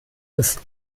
ist